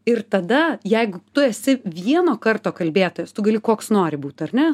ir tada jeigu tu esi vieno karto kalbėtojas tu gali koks nori būt ar ne